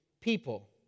people